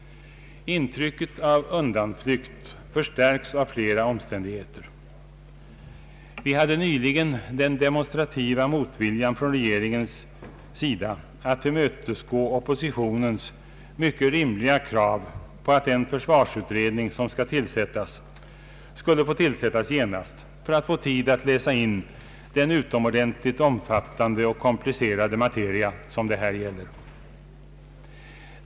Intrycket av undanflykt förstärks av flera omständigheter. Vi hade nyligen den demonstrativa motviljan från regeringens sida att tillmötesgå oppositionens mycket rimliga krav på att den försvarsutredning som skall tillsättas skulle utses genast för att få tid att läsa in det utomordentligt omfattande och komplicerade material som det här gäller.